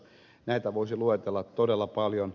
näitä voisi luetella todella paljon